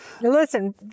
Listen